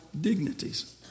dignities